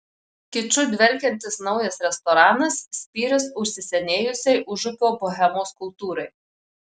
kiču dvelkiantis naujas restoranas spyris užsisenėjusiai užupio bohemos kultūrai